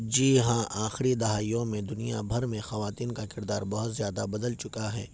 جی ہاں آخری دہائیوں میں دنیا بھر میں خواتین کا کردار بہت زیادہ بدل چکا ہے